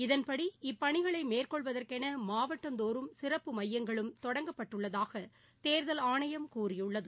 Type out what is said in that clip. இதன்படி இப்பணிகளை மாவட்டந்தோறும் சிறப்பு மையங்களும் தொடங்கப்பட்டுள்ளதாக தேர்தல் ஆணையம் கூறியுள்ளது